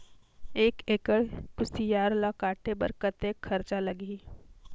एक एकड़ कुसियार ल काटे बर कतेक खरचा लगही?